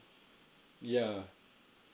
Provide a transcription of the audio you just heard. yeah